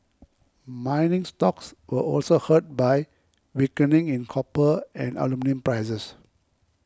mining stocks were also hurt by weakening in copper and aluminium prices